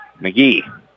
McGee